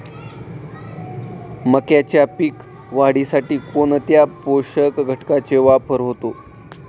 मक्याच्या पीक वाढीसाठी कोणत्या पोषक घटकांचे वापर होतो?